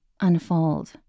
unfold